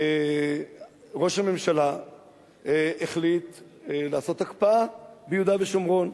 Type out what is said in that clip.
ראש הממשלה החליט לעשות הקפאה ביהודה ושומרון,